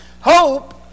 Hope